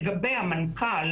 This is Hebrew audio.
לגבי המנכ"ל: